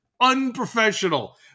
Unprofessional